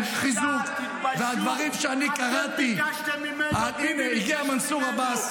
ולכן --- מנסור עבאס